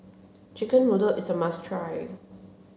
chicken noodles is a must try